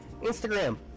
Instagram